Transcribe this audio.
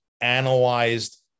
analyzed